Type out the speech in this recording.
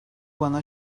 bana